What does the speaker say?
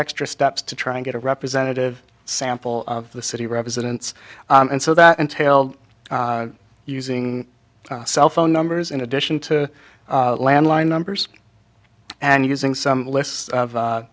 extra steps to try and get a representative sample of the city residents and so that entailed using cell phone numbers in addition to landline numbers and using some lists